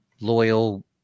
loyal